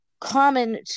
common